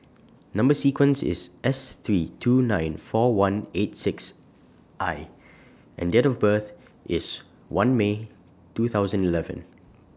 Number sequence IS S three two nine four one eight six I and Date of birth IS one May two thousand and eleven